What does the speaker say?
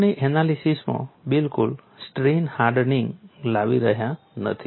આપણે એનાલિસીસમાં બિલકુલ સ્ટ્રેઇન હાર્ડનિંગ લાવી રહ્યા નથી